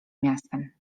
miastem